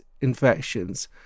infections